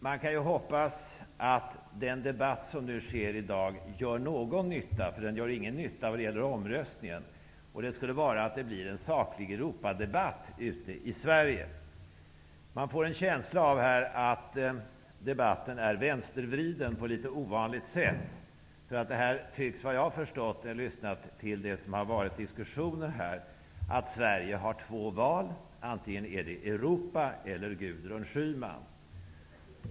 Man kan hoppas att den debatt som förs i dag gör någon nytta -- den gör ingen nytta vad gäller omröstningen -- och det är att det blir en saklig Jag får här en känsla av att debatten är vänstervriden på ett ovanligt sätt. När jag har lyssnat till diskussionerna har jag kommit fram till att Sverige har två saker att välja mellan: antingen Europa eller Gudrun Schyman.